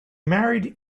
married